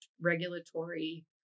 regulatory